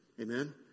Amen